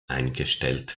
eingestellt